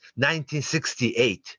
1968